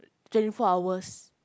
twenty four hours